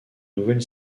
nouvelle